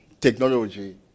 technology